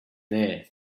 there